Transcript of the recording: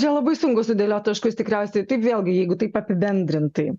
čia labai sunku sudėliot taškus tikriausiai tai vėlgi jeigu taip apibendrintai